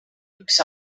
üks